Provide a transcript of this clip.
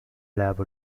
نلعب